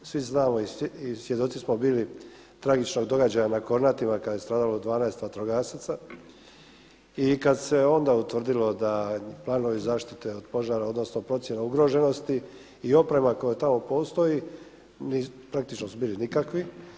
Svi znamo i svjedoci smo bili tragičnog događaja na Kornatima kada je stradalo 12 vatrogasaca i kad se onda utvrdilo da planovi zaštite od požara, odnosno procjena ugroženosti i oprema koja tamo postoji praktično su bili nikakvi.